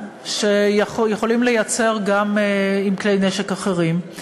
שיכולים לייצר גם עם כלי נשק אחרים.